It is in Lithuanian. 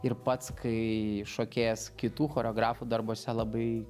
ir pats kai šokėjas kitų choreografų darbuose labai